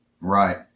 right